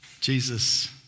Jesus